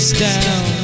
down